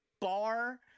bar